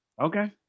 okay